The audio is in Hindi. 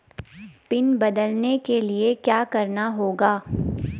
पिन बदलने के लिए क्या करना होगा?